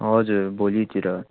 हजुर भोलितिर